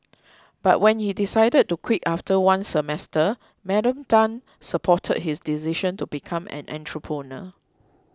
but when he decided to quit after one semester Madam Tan supported his decision to become an entrepreneur